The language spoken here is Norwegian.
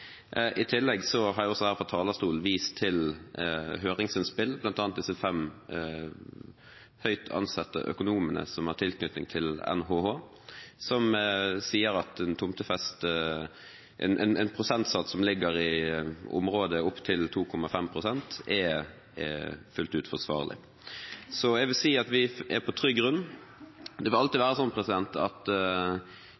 I tillegg har jeg også her fra talerstolen vist til høringsinnspill, bl.a. disse fem høyt ansette økonomene som har tilknytning til NHH, som sier at en prosentsats som ligger i området opp til 2,5 pst., er fullt ut forsvarlig. Så jeg vil si at vi er på trygg grunn. Det vil alltid være sånn at de som er uenig i resultat, vil gjerne mene at